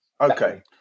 Okay